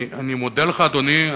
אני מודה לך, אדוני.